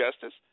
justice